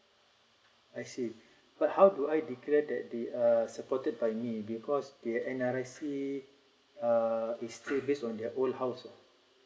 I see but how do I declare that they are supported by me because their N_R_S_E uh is still based on their old house ah